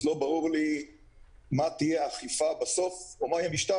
אז לא ברור לי מה תהיה האכיפה בסוף או מה יהיה משטר